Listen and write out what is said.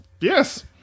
Yes